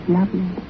Lovely